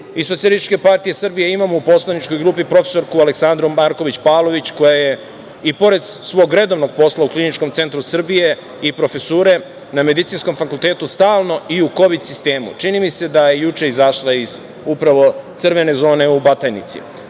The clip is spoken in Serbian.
su podneli. I mi iz SPS imamo u poslaničkoj grupi profesorku Aleksandru Marković Pavlović, koja je i pored svog redovnog posla u Kliničkom centru Srbije i profesore na Medicinskom fakultetu, stalno i u kovid-sistemu. Čini mi se da je upravo juče izašla iz crvene zone u Batajnici. Naša